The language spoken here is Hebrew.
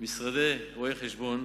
משרדי רואי-חשבון,